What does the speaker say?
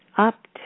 Up